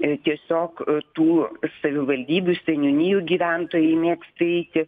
i tiesiog tų savivaldybių seniūnijų gyventojai mėgsta eiti